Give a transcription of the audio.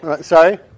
Sorry